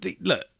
look